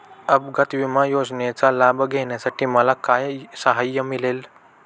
अपघात विमा योजनेचा लाभ घेण्यासाठी मला काय सहाय्य मिळेल?